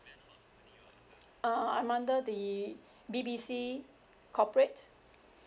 uh I'm under the B B C corporate